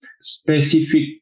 Specific